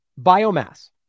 biomass